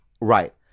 Right